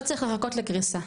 לא צריך לחכות לקריסה.